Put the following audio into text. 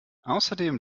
außerdem